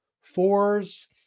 Fours